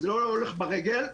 זה לא הולך ברגל.